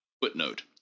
footnote